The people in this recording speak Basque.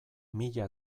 mila